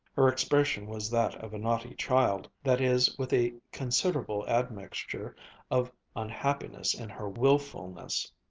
her expression was that of a naughty child that is, with a considerable admixture of unhappiness in her wilfulness.